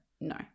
No